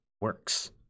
works